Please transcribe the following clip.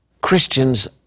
Christians